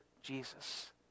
Jesus